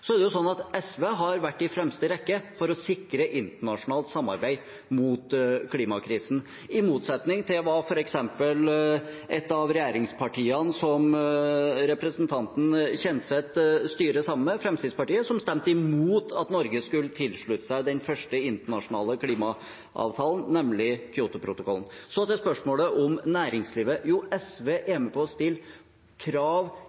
SV har vært i fremste rekke for å sikre et internasjonalt samarbeid mot klimakrisen, i motsetning til f.eks. et av regjeringspartiene som representanten Kjenseth styrer sammen med, Fremskrittspartiet, som stemte imot at Norge skulle tilslutte seg den første internasjonale klimaavtalen, nemlig Kyoto-protokollen. Så til spørsmålet om næringslivet. Jo, SV er med på å stille krav,